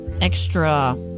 extra